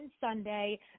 Sunday